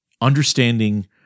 understanding